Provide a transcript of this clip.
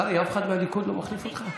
קרעי, אף אחד מהליכוד לא מחליף אותך?